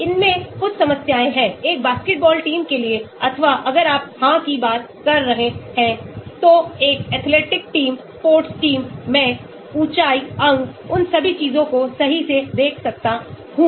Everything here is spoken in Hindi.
इनमे कुछ समस्याएं हैं एक बास्केटबॉल टीम के लिए अथवा अगर आप हां की बात कर रहे हैं तो एक athletic टीम sports टीम मैं ऊंचाई अंग उन सभी चीजों को सही से देख सकता हूं